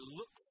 look